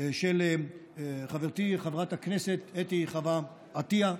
של חברתי חברת הכנסת אתי חוה עטייה,